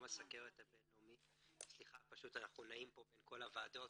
הסוכרת הבינלאומי, אנחנו נעים פה בין כל הוועדות,